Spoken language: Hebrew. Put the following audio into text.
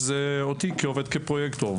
אותי כעובד פרויקטור.